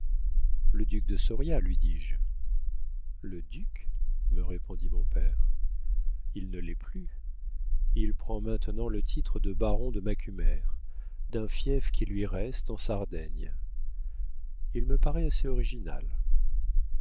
le duc de soria lui dis-je le duc me répondit mon père il ne l'est plus il prend maintenant le titre de baron de macumer d'un fief qui lui reste en sardaigne il me paraît assez original